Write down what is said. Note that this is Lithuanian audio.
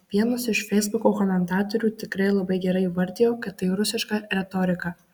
vienas iš feisbuko komentatorių tikrai labai gerai įvardijo kad tai rusiška retorika